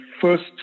first